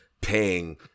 paying